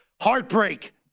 Heartbreak